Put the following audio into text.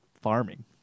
farming